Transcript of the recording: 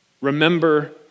Remember